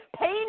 pain